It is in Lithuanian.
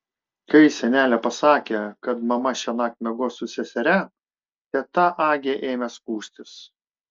kai senelė pasakė kad mama šiąnakt miegos su seseria teta agė ėmė skųstis